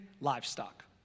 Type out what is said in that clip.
livestock